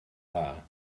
dda